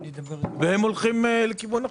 אבל הם הולכים לכיוון אחר.